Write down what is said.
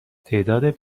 تعداد